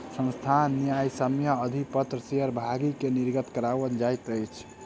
संस्थान न्यायसम्य अधिपत्र शेयर भागी के निर्गत कराओल जाइत अछि